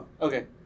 Okay